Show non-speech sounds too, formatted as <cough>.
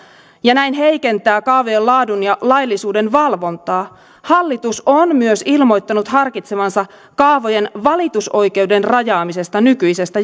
ja näin heikentää kaavojen laadun ja laillisuuden valvontaa hallitus on myös ilmoittanut harkitsevansa kaavojen valitusoikeuden rajaamista nykyisestä <unintelligible>